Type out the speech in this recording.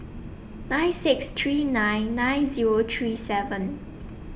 nine six three nine nine Zero three seven